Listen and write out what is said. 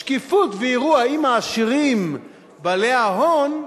שקיפות, ויראו אם העשירים בעלי ההון,